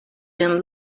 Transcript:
been